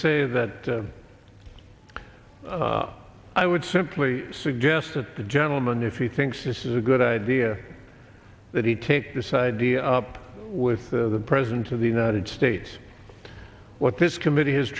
say that i would simply suggest that the gentleman if he thinks this is a good idea that he take this idea up with the president of the united states what this committee has